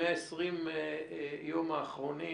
ב-120 הימים האחרונים,